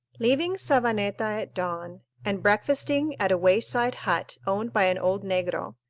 leaving savaneta at dawn, and breakfasting at a wayside hut owned by an old negro,